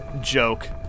Joke